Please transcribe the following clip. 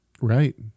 right